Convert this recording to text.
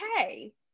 okay